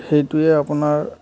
সেইটোৱে আপোনাৰ